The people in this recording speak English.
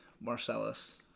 Marcellus